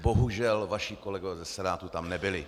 Bohužel vaši kolegové ze Senátu tam nebyli.